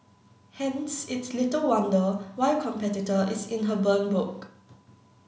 hence it's little wonder why a competitor is in her burn book